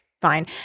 fine